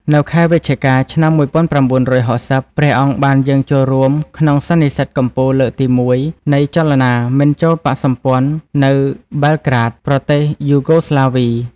នៅខែវិច្ឆិកា ឆ្នាំ១៩៦០ ព្រះអង្គបានយាងចូលរួមក្នុងសន្និសីទកំពូលលើកទី១ នៃចលនាមិនចូលបក្សសម្ព័ន្ធនៅបែលក្រាដ ប្រទេសយូហ្គោស្លាវី។